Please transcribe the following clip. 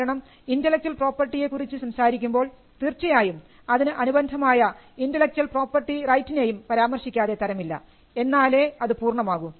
കാരണം intellectual property യെ കുറിച്ച് സംസാരിക്കുമ്പോൾ തീർച്ചയായും അതിന് അനുബന്ധമായ ഇൻൻറലെക്ച്വൽ പ്രോപ്പർട്ടി റൈറ്റിനെയും പരാമർശിക്കാതെ തരമില്ല എന്നാലേ അത് പൂർണമാകൂ